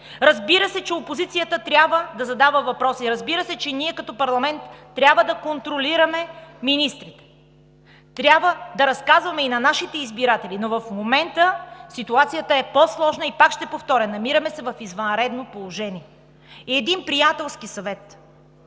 Разбира се, че опозицията трябва да задава въпроси. Разбира се, че ние като парламент трябва да контролираме министрите. Трябва да разказваме и на нашите избиратели. Но в момента ситуацията е по-сложна. Пак ще повторя – намираме се в извънредно положение. И един приятелски съвет